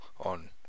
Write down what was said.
on